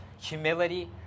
humility